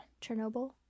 chernobyl